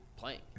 playing